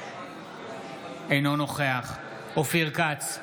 אינו נוכח אופיר כץ,